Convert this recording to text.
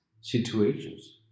situations